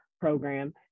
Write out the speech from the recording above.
program